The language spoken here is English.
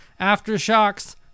Aftershocks